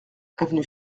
avenue